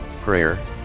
Prayer